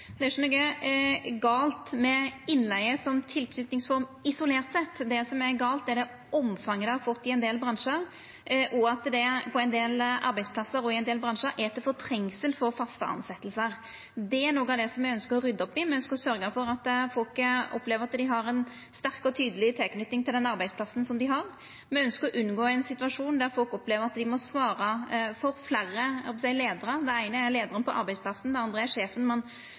Det er ikkje noko gale med innleige som tilknytingsform isolert sett. Det som er gale, er det omfanget det har fått i ein del bransjar, og at det på ein del arbeidsplassar og i ein del bransjar fortrengjer faste tilsettingar. Det er noko av det me ønskjer å rydda opp i. Me ønskjer å sørgja for at folk opplever at dei har ei sterk og tydeleg tilknyting til den arbeidsplassen dei har. Me ønskjer å unngå ein situasjon der folk opplever at dei må svare for fleire leiarar – den eine er leiaren på arbeidsplassen, den andre er sjefen